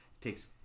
takes